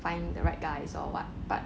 find the right guys or what but